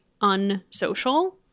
unsocial